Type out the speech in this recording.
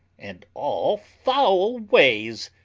and all foul ways!